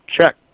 check